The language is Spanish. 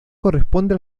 corresponde